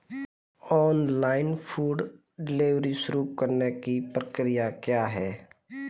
Online food delivery शुरू करने की प्रक्रिया क्या है?